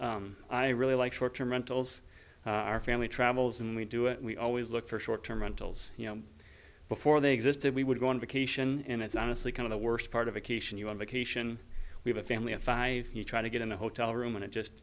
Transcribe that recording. am i really like short term rentals our family travels and we do it we always look for short term rentals you know before they existed we would go on vacation and it's honestly kind of the worst part of a cation you on vacation we have a family of five you try to get in a hotel room and it just